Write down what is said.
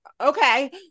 Okay